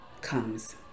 comes